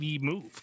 move